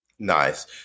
Nice